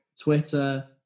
Twitter